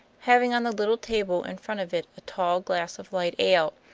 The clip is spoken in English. having on the little table in front of it a tall glass of light ale,